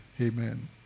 Amen